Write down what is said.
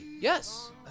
yes